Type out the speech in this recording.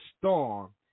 storm